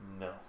No